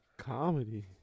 Comedy